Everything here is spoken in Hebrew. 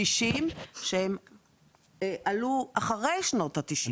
קשישים שעלו אחרי שנות ה-90.